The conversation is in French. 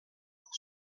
pour